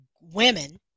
women